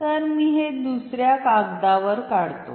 तर मी हे दुसर्या कागदवर काढतो